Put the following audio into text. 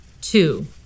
Two